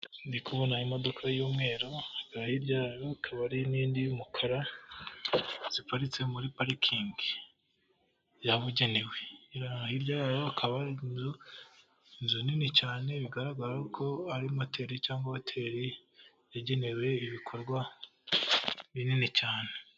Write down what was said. Ndi kubona imodoka y'umweru, hirya hariyo akabari, n'indi y'umukara, ziparitse muri parikingi yabugenewe. Hirya yayo hakaba hari inzu, inzu nini cyane, bigaragara ko ari moteli cyangwa hoteli yagenewe ibikorwa binini cyane.